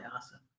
awesome